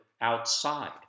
outside